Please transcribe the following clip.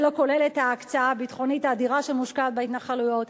זה לא כולל את ההקצאה הביטחונית האדירה שמושקעת בהתנחלויות.